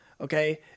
okay